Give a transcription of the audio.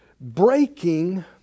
breaking